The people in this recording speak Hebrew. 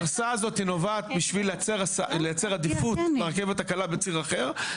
נובעת בשביל ייצר עדיפות לרכבת הקלה בציר אחר,